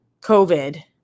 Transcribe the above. COVID